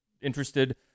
interested